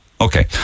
Okay